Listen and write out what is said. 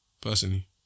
personally